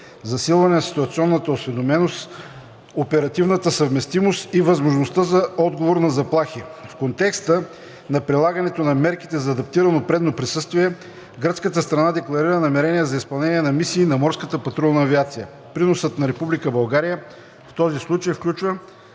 засилване на ситуационната осведоменост, оперативната съвместимост и възможността за отговор на заплахи. В контекста на прилагането на мерките за адаптирано предно присъствие гръцката страна декларира намерение за изпълнение на мисии на Морската патрулна авиация. Приносът на Република България в този случай включва